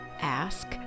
Ask